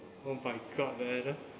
oh my god man